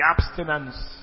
abstinence